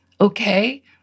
okay